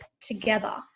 together